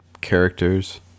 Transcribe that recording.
characters